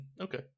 okay